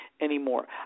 anymore